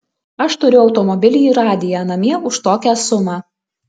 aš turiu automobilį ir radiją namie už tokią sumą